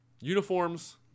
Uniforms